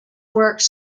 works